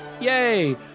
Yay